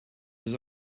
his